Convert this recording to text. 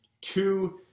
two